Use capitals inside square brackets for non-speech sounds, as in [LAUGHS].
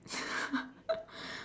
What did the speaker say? [LAUGHS]